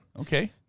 Okay